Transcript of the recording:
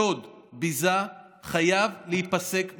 שוד וביזה חייב להיפסק מיידית.